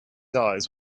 eyes